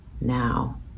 now